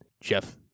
Jeff